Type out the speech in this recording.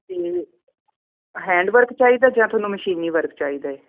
ਅਤੇ hand work ਚਾਹੀਦਾ ਜਾਂ ਤੁਹਾਨੂੰ ਮਸ਼ੀਨੀ ਵਰਕ ਚਾਹੀਦਾ